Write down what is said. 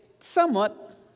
somewhat